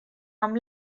amb